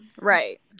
Right